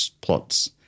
plots